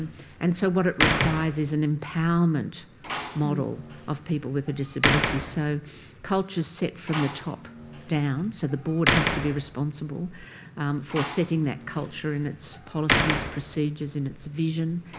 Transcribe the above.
and so what it requires is an empowerment model of people with a disability. so culture is set from the top down. so the board has to be responsible for setting that culture in its policies, procedures, in its vision,